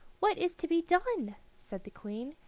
what is to be done? said the queen.